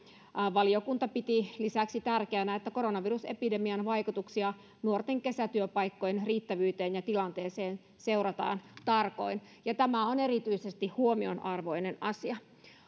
valiokunta piti lisäksi tärkeänä että koronavirusepidemian vaikutuksia nuorten kesätyöpaikkojen riittävyyteen ja tilanteeseen seurataan tarkoin ja tämä on erityisesti huomionarvoinen asia